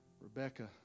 Rebecca